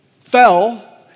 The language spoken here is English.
fell